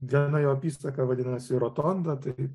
viena jo apysaka vadinasi rotonda tai